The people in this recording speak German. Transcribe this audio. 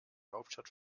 hauptstadt